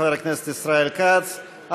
חבר הכנסת ישראל כץ.